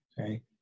Okay